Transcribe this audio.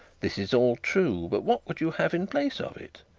this is all true. but what would you have in place of it?